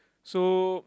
so